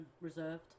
reserved